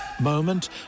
moment